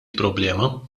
problema